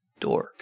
dorks